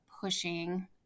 pushing